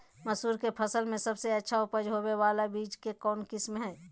मसूर के फसल में सबसे अच्छा उपज होबे बाला बीज के कौन किस्म हय?